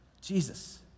Jesus